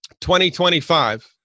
2025